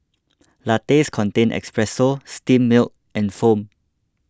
lattes contain espresso steamed milk and foam